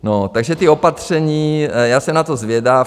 No, takže ta opatření, já se na to zvědav.